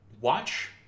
Watch